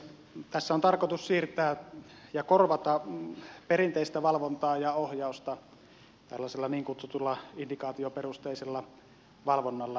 tässä on tarkoitus korvata perinteistä valvontaa ja ohjausta tällaisella niin kutsutulla indikaatioperusteisella valvonnalla